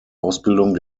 ausbildung